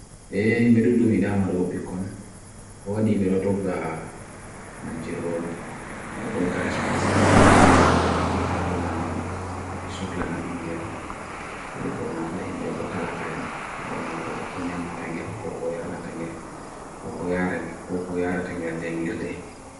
Eheh, me dudumidam adugobikon, kawadi bero doga magirron, me duga responsibiliti, nga taona usuklana bingel, nga iburna par hemebo talakayen, taona wala konyam na tangel, kokoer na tangel, kokoer na tanger jangirde.